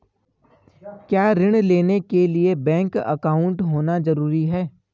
क्या ऋण लेने के लिए बैंक अकाउंट होना ज़रूरी है?